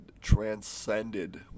transcended